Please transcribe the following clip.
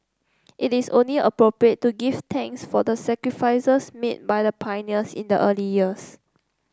it is only appropriate to give thanks for the sacrifices made by the pioneers in the early years